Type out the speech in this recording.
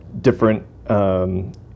different